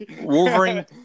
Wolverine